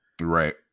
Right